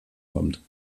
kommt